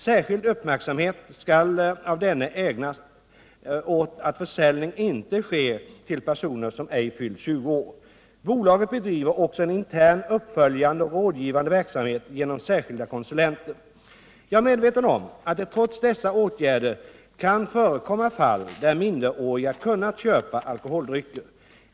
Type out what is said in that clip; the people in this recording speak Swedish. Särskild uppmärksamhet skall av denne ägnas åt att försäljning inte sker till personer som ej fyllt 20 år. Bolaget bedriver också en intern uppföljande och rådgivande verksamhet genom särskilda konsulenter. Jag är medveten om att det trots dessa åtgärder kan förekomma fall där minderåriga kunnat köpa alkoholdrycker.